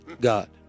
God